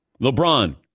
LeBron